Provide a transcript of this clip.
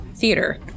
theater